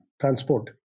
transport